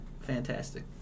fantastic